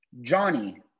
Johnny